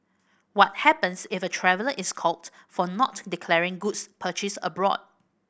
what happens if a traveller is caught for not declaring goods purchased abroad